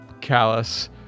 callous